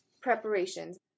preparations